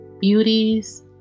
beauties